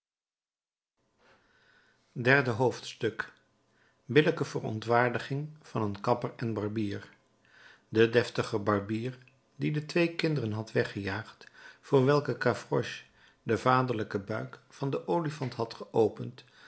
derde hoofdstuk billijke verontwaardiging van een kapper en barbier de deftige barbier die de twee kinderen had weggejaagd voor welke gavroche den vaderlijken buik van den olifant had geopend